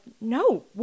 no